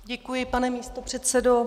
Děkuji, pane místopředsedo.